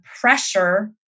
pressure